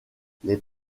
les